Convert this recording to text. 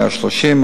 130,